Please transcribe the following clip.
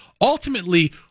ultimately